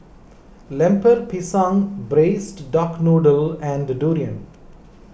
Lemper Pisang Braised Duck Noodle and Durian